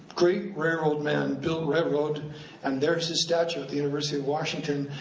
great railroad man built railroad and there's his statue at the university of washington,